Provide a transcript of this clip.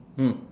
mm